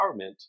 empowerment